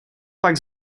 pak